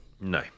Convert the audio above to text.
No